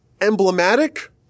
emblematic